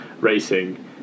racing